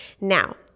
Now